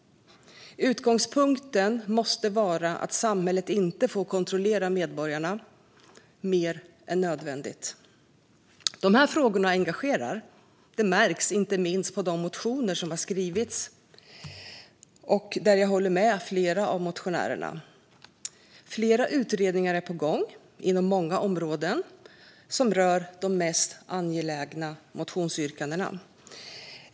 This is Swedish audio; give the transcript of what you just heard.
Utgångspunkten måste vara att samhället inte får kontrollera medborgarna mer än nödvändigt. De här frågorna engagerar. Det märks inte minst på de motioner som har skrivits, och där håller jag med flera av motionärerna. Flera utredningar är på gång inom många områden som rör de mest angelägna motionsyrkandena.